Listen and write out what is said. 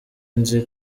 nzi